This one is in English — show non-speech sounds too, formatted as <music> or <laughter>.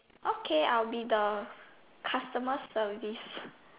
okay I'll be the customer service <breath>